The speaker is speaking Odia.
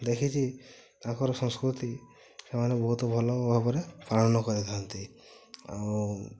ଦେଖିଛି ତାଙ୍କର ସଂସ୍କୃତି ସେମାନେ ବହୁତ ଭଲଭାବରେ ପାଳନ କରିଥାନ୍ତି ଆଉ